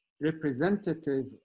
representative